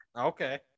okay